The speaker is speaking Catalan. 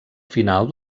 final